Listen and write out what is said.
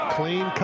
Clean